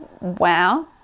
wow